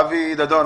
אבי דדון,